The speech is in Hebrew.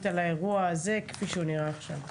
על האירוע הזה כפי שהוא נראה עכשיו.